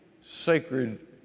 sacred